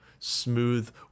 Smooth